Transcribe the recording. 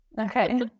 Okay